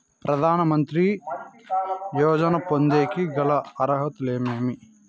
ప్రధాన మంత్రి యోజన పొందేకి గల అర్హతలు ఏమేమి?